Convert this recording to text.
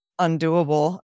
undoable